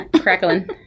crackling